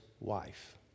wife